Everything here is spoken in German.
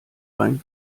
beim